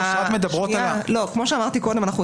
את ואושרת מדברות על --- אנחנו יוצאים